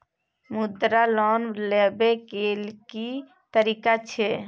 मुद्रा लोन लेबै के की तरीका छै?